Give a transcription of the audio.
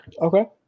Okay